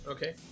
Okay